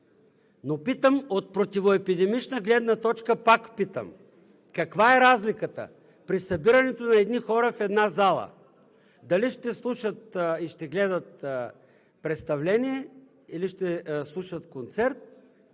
вкъщи. От противоепидемична гледна точка пак питам: каква е разликата при събирането на едни хора в една зала – дали ще слушат и ще гледат представление, или ще слушат концерт,